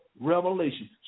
Revelation